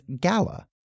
gala